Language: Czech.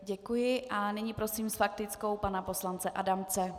Děkuji a nyní prosím s faktickou pana poslance Adamce.